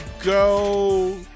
go